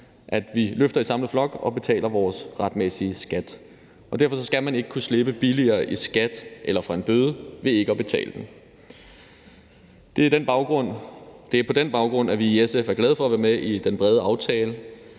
at vi løfter i samlet flok og betaler vores retmæssige skat. Derfor skal man ikke kunne slippe billigere i skat eller for en bøde ved ikke at betale den. Det er på den baggrund, at vi i SF er glade for at være med i den brede aftale,